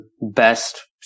best